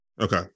okay